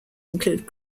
include